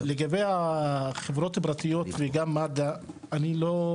לגבי החברות הפרטיות וגם מד"א, אני לא,